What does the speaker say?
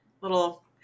little